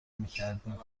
میکردیم